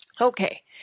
Okay